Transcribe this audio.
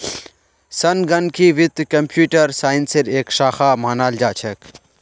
संगणकीय वित्त कम्प्यूटर साइंसेर एक शाखा मानाल जा छेक